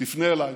תפנה אליי.